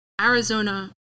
Arizona